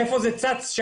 מאיפה צץ?